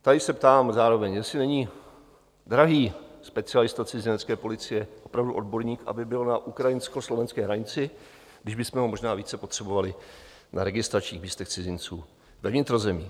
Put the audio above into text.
Tady se ptám zároveň, jestli není drahý specialista cizinecké policie, opravdu odborník, aby byl na ukrajinskoslovenské hranici, když bychom ho možná více potřebovali na registračních místech cizinců ve vnitrozemí.